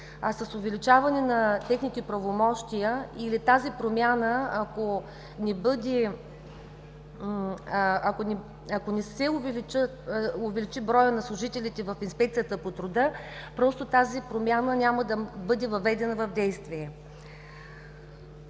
а с увеличаване на техните правомощия или тази промяна, ако не се увеличи броят на служителите в Инспекцията по труда, просто тази промяна няма да бъде въведена в действие.